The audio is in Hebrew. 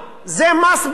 זה מס ברירה.